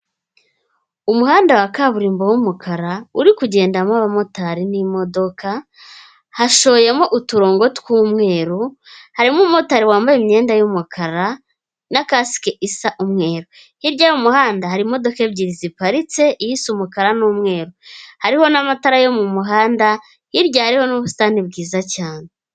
Umuhanda wa kaburimbo w'umukara uri kugendamo abamotari n'imodoka, hashoyemo uturongo tw'umweru, harimo umumotari wambaye imyenda y'umukara nakask isa umweru hirya y'umuhanda hari imodoka ebyiri ziparitse isa umukara n'umweru, hariho n'amatara yo mu muhanda hirya hariyo n'ubusitani bwiza cyane.